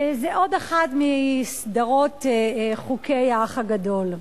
היא עוד אחד מסדרות חוקי האח הגדול.